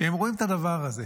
כשהם רואים את הדבר הזה.